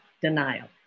denial